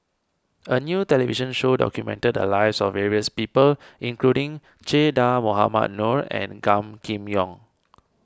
a new television show documented the lives of various people including Che Dah Mohamed Noor and Gan Kim Yong